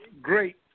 great